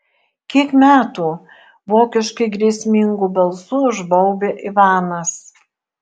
kiek metų vokiškai grėsmingu balsu užbaubia ivanas